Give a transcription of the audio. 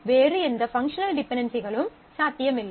வேறு எந்த பங்க்ஷனல் டிபென்டென்சிகளும் சாத்தியமில்லை